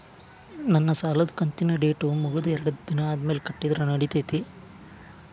ನನ್ನ ಸಾಲದು ಕಂತಿನ ಡೇಟ್ ಮುಗಿದ ಎರಡು ದಿನ ಆದ್ಮೇಲೆ ಕಟ್ಟಿದರ ನಡಿತೈತಿ?